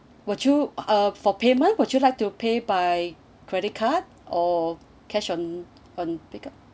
would you uh for payment would you like to pay by credit card or cash on on pickup